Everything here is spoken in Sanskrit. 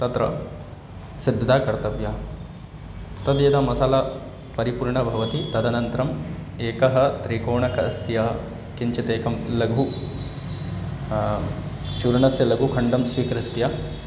तत्र सिद्धता कर्तव्या तद्यदा मसाला परिपूर्णा भवति तदनन्तरम् एकस्य त्रिकोणकस्य किञ्चिदेकं लघु चूर्णस्य लघु खण्डं स्वीकृत्य